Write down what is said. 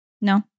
No